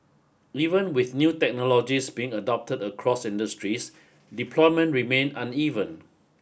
even with new technologies being adopted across industries deployment remain uneven